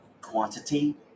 quantity